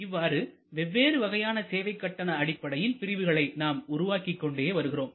இவ்வாறு வெவ்வேறு வகையான சேவை கட்டண அடிப்படையில் பிரிவுகளை நாம் உருவாக்கிக் கொண்டே வருகிறோம்